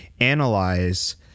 analyze